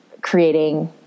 creating